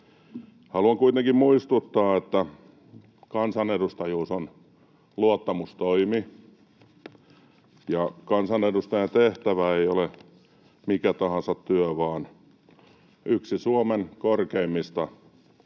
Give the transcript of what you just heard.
Haluan kuitenkin muistuttaa, että kansanedustajuus on luottamustoimi. Kansanedustajan tehtävä ei ole mikä tahansa työ vaan yksi Suomen korkeimmista